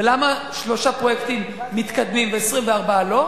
ולמה שלושה פרויקטים מתקדמים ו-24 לא?